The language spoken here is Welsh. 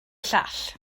llall